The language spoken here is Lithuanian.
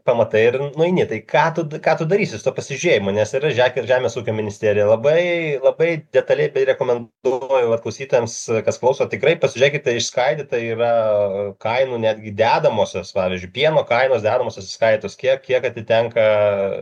pamatai ir nueini tai ką tu ką tu darysi su tuo pasižiūrėjimu nes yra žiūrėk ir žemės ūkio ministerija labai labai detaliai rekomenduoju vat klausytojams kas klauso tikrai pasižiūrėkite išskaidyta yra kainų netgi dedamosios pavyzdžiui pieno kainos dedamosios išsiskaidytos kiek kiek atitenka